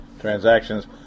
transactions